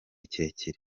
kirekire